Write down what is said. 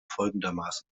folgendermaßen